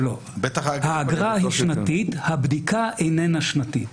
האגרה היא שנתית, הבדיקה איננה שנתית.